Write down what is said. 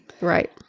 Right